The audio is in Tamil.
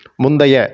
முந்தைய